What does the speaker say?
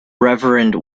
reverend